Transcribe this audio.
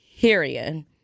Period